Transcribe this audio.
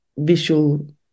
visual